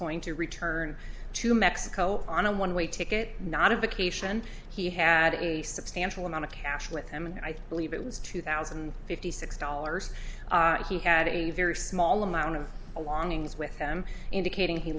going to return to mexico on a one way ticket not a vacation he had a substantial amount of cash with him and i believe it was two thousand and fifty six dollars he had a very small amount of a longings with him indicating he